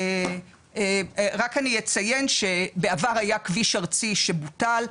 רק אני אציין שבעבר היה כביש ארצי שבוטל,